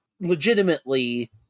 legitimately